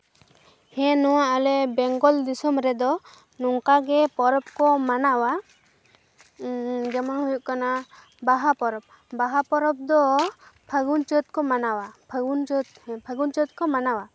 ᱦᱮᱸ ᱱᱚᱣᱟ ᱟᱞᱮ ᱵᱮᱝᱜᱚᱞ ᱫᱤᱥᱚᱢ ᱨᱮᱫᱚ ᱱᱚᱝᱠᱟᱜᱮ ᱯᱚᱨᱚᱵᱽ ᱠᱚ ᱢᱟᱱᱟᱣᱟ ᱡᱮᱢᱚᱱ ᱦᱩᱭᱩᱜ ᱠᱟᱱᱟ ᱵᱟᱦᱟ ᱯᱚᱨᱚᱵᱽ ᱵᱟᱦᱟ ᱯᱚᱨᱚᱵᱽ ᱫᱚ ᱯᱷᱟᱹᱜᱩᱱᱼᱪᱟᱹᱛ ᱠᱚ ᱢᱟᱱᱟᱣᱟ ᱯᱷᱟᱹᱜᱩᱱᱼᱪᱟᱹᱛ ᱯᱷᱟᱹᱜᱩᱱᱼᱪᱟᱹᱛ ᱠᱚ ᱢᱟᱱᱟᱣᱟ